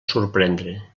sorprendre